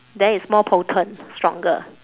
there it's more potent stronger